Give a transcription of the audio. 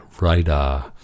radar